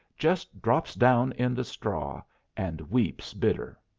just drops down in the straw and weeps bitter.